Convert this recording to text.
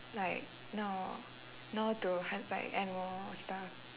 like no no towards like animal stuff